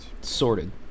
Sorted